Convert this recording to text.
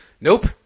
Nope